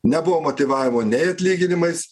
nebuvo motyvavo nei atlyginimais